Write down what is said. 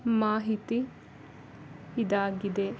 ಮಾಹಿತಿ ಇದಾಗಿದೆ